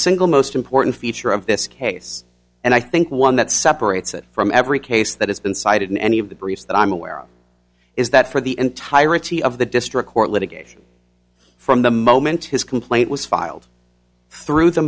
single most important feature of this case and i think one that separates it from every case that has been cited in any of the briefs that i'm aware of is that for the entirety of the district court litigation from the moment his complaint was filed through the